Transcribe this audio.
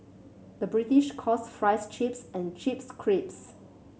the British calls fries chips and chips crisps